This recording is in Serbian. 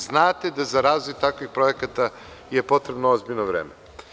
Znate da za razvoj takvih projekata je potrebno ozbiljno vreme.